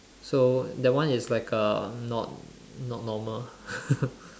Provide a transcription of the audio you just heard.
so that one is like uh not not normal